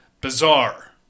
Bizarre